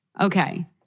Okay